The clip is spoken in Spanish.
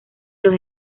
los